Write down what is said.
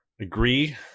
Agree